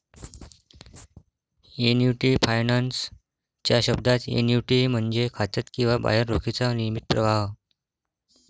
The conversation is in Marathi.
एन्युटी फायनान्स च्या शब्दात, एन्युटी म्हणजे खात्यात किंवा बाहेर रोखीचा नियमित प्रवाह